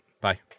Bye